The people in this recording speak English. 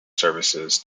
service